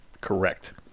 Correct